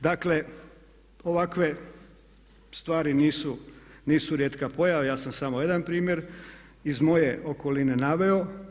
Dakle, ovakve stvari nisu rijetka pojava, ja sam samo jedan primjer iz moje okoline naveo.